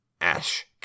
Ash